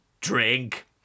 drink